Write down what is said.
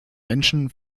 menschen